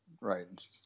Right